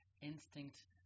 instinct